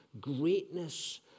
greatness